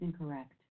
incorrect